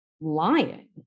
lying